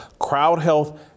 CrowdHealth